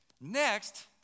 Next